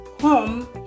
home